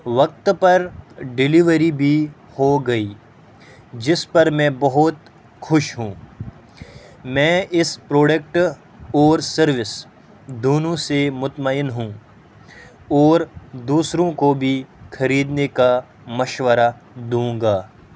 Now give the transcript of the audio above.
وقت پر ڈلیوری بھی ہو گئی جس پر میں بہت خوش ہوں میں اس پروڈکٹ اور سروس دونوں سے مطمئن ہوں اور دوسروں کو بھی خریدنے کا مشورہ دوں گا